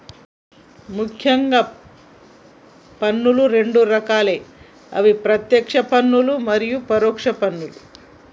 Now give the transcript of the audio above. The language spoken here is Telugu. ముఖ్యంగా పన్నులు రెండు రకాలే అవి ప్రత్యేక్ష పన్నులు మరియు పరోక్ష పన్నులు